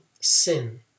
sin